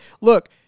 look